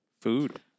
Food